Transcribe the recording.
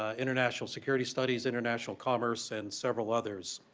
ah international security studies, international commerce and several others.